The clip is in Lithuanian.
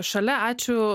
šalia ačiū